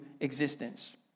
existence